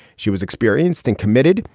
she was experienced and committed.